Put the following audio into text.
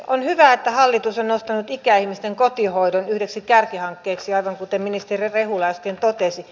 on hyvä että hallitus on nostanut ikäihmisten kotihoidon yhdeksi kärkihankkeeksi aivan kuten ministeri rehula äsken totesi